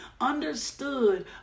understood